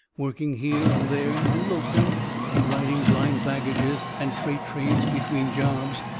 working here and there, and loafing and riding blind baggages and freight trains between jobs,